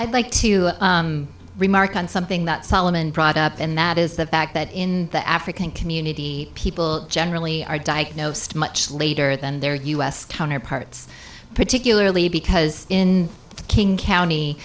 i'd like to remark on something that solomon brought up and that is the fact that in the african community people generally are diagnosed much later than their u s counterparts particularly because in king county